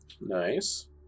Nice